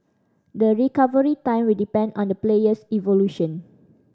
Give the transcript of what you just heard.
the recovery time will depend on the player's evolution